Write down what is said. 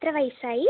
എത്ര വയസ്സായി